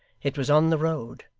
it was on the road,